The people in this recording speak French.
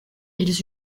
ils